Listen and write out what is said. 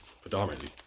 Predominantly